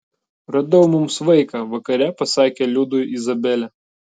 radau mums vaiką vakare pasakė liudui izabelė